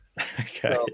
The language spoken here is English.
Okay